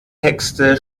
texte